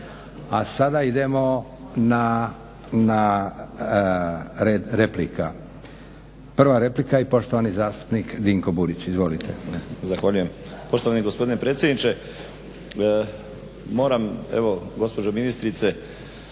A sada idemo na red replika. Prva replika i poštovani zastupnik Dinko Burić. Izvolite. **Burić, Dinko (HDSSB)** Poštovani gospodine predsjedniče. Moram evo gospođo ministrice